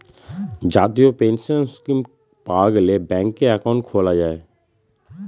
জাতীয় pension scheme পাওয়া গেলে ব্যাঙ্কে একাউন্ট খোলা যায়